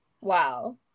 wow